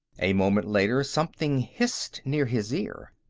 a moment later, something hissed near his ear.